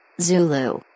Zulu